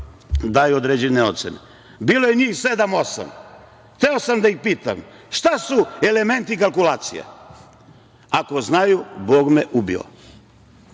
daju određene ocene? Bilo je njih sedam-osam. Hteo sam da ih pitam, šta su elementi kalkulacije? Ako znaju, Bog me ubio.